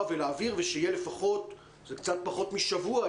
ולהבהיר ושיהיה לפחות זה קצת פחות משבוע,